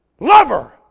Lover